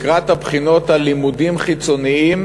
לקראת הבחינות על לימודים חיצוניים